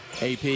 AP